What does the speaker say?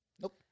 nope